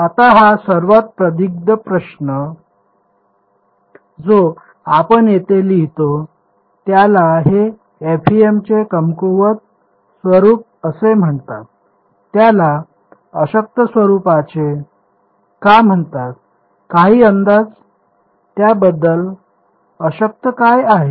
आता हा सर्वात प्रदीर्घ प्रश्न जो आपण येथे लिहितो त्यालाच हे FEM चे कमकुवत स्वरूप असे म्हणतात त्याला अशक्त स्वरूपाचे का म्हणतात काही अंदाज त्याबद्दल अशक्त काय आहे